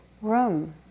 room